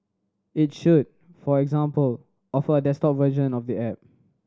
it should for example offer a desktop version of the app